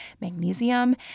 magnesium